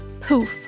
poof